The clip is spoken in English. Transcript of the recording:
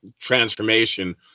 transformation